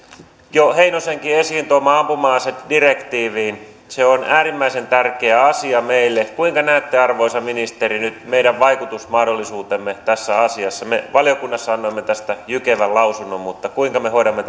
jo heinosenkin esiin tuomaan ampuma asedirektiiviin se on äärimmäisen tärkeä asia meille kuinka näette arvoisa ministeri nyt meidän vaikutusmahdollisuutemme tässä asiassa me valiokunnassa annoimme tästä jykevän lausunnon mutta kuinka me hoidamme